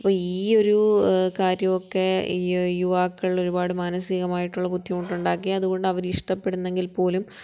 അപ്പോൾ ഈ ഒരൂ കാര്യമൊക്കെ യുവാക്കൾ ഒരുപാട് മാനസികമായിട്ടുള്ള ബുദ്ധിമുട്ടുണ്ടാക്കി അതുകൊണ്ടവര് ഇഷ്ടപ്പെടുന്നെങ്കിൽ പോലും